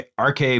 RK